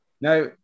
Now